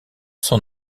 son